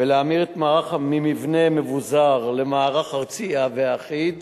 ולהמיר את המערך ממבנה מבוזר למערך ארצי ואחיד,